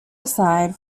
aside